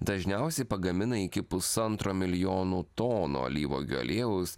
dažniausiai pagamina iki pusantro milijonų tonų alyvuogių aliejaus